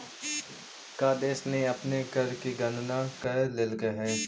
का देशों ने अपने कर की गणना कर लेलकइ हे